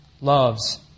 loves